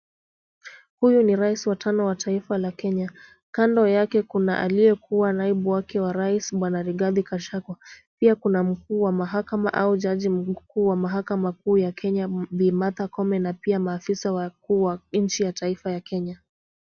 Huyu ni rais wa tano wa taifa la Kenya. Kando yake kuna aliyekuwa naibu wake wa rais bwana Rigathi Gachagua. Pia kuna mkuu wa mahakama au jaji mkuu wa mahakama kuu ya Kenya Bi Martha Koome na pia maafisa wakuu wa nchi ya taifa ya Kenya.